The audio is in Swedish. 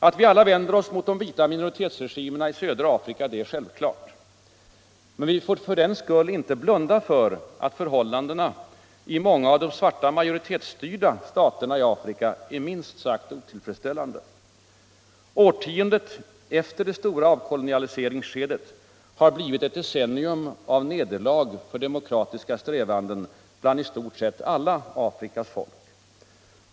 Att vi alla vänder oss mot de vita minoritetsregimerna i södra Afrika är självklart, men vi får för den skull inte blunda för att förhållandena i många av de svarta majoritetsstyrda staterna i Afrika är minst sagt otillfredsställande. Årtiondet efter det stora avkolonialiseringsskedet har blivit ett decennium av nederlag för demokratiska strävanden bland i stort sett alla Afrikas folk.